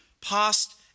past